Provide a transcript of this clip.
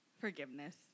Forgiveness